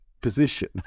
position